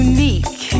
Unique